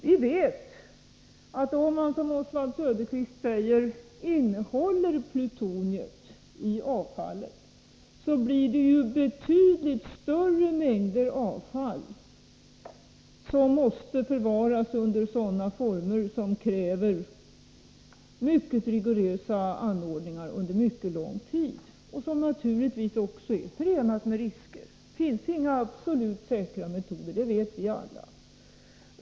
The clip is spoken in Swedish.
Vi vet att om man, som Oswald Söderqvist säger, innehåller plutoniet i avfallet, blir det betydligt större mängder avfall som måste förvaras under sådana former som kräver mycket rigorösa säkerhetsanordningar under mycket lång tid. Det är naturligtvis också förenat med risker. Det finns inga absolut säkra metoder, det vet vi alla.